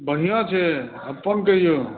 बढ़िआँ छै अपन कहिऔ